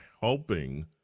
helping